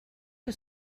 que